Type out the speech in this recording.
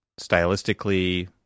stylistically